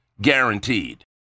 guaranteed